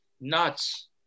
Nuts